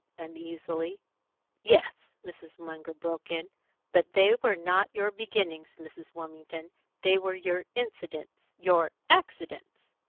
uneasily. yes, mrs. munger broke in but they were not your beginnings, mrs. wilmington they were your incidents your accidents.